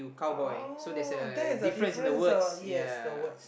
oh that is the difference ah yes the words